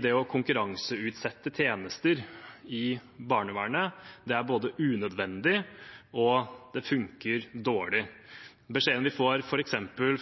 det å konkurranseutsette tjenester i barnevernet er unødvendig, og det funker dårlig. Beskjeden vi får f.eks.